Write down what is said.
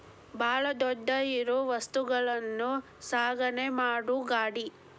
ಬಾಳ ದೊಡ್ಡ ಇರು ವಸ್ತುಗಳನ್ನು ಸಾಗಣೆ ಮಾಡು ಗಾಡಿ